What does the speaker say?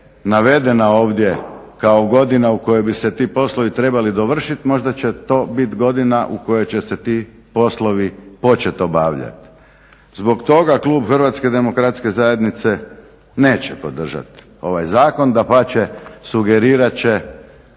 navedena ovdje kao godina u kojoj bi se ti poslovi trebali dovršiti, možda će to bit godina u kojoj će se ti poslovi počet obavljati. Zbog toga klub Hrvatske demokratske zajednice neće podržat ovaj zakon. Dapače, sugerirat će